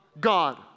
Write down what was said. God